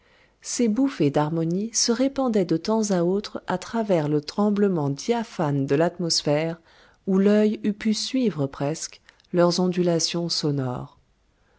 ces bouffées d'harmonie se répandaient de temps à autre à travers le tremblement diaphane de l'atmosphère où l'œil eût pu suivre presque leurs ondulations sonores